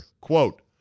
quote